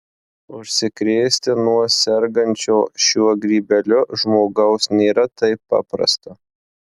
užsikrėsti nuo sergančio šiuo grybeliu žmogaus nėra taip paprasta